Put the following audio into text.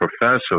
professor